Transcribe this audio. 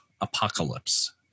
apocalypse